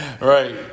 Right